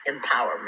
empowerment